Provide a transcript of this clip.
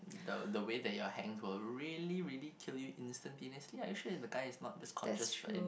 the the way that you're hanging will really really kill you instantaneously are you sure if the guy is not is conscious in the end